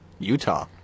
Utah